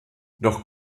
doch